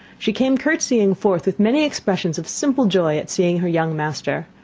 she came curtseying forth, with many expressions of simple joy at seeing her young master.